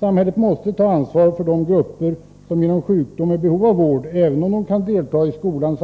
Samhället måste ta ansvar för de grupper som genom sjukdom är i behov av vård, även om dessa barn kan delta i skolan